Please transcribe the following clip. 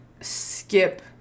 skip